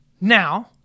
Now